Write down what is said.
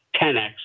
10x